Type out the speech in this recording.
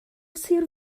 sir